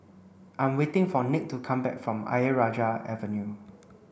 I'm waiting for Nick to come back from Ayer Rajah Avenue